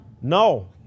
No